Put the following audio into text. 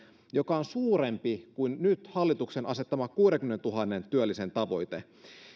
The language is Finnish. joka on suurempi kuin nyt hallituksen asettama kuudenkymmenentuhannen työllisen tavoite